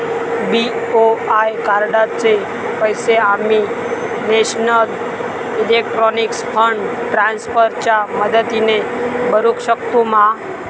BOI कार्डाचे पैसे आम्ही नेशनल इलेक्ट्रॉनिक फंड ट्रान्स्फर च्या मदतीने भरुक शकतू मा?